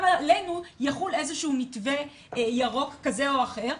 עלינו יחול איזה שהוא מתווה ירוק כזה או אחר.